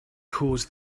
caused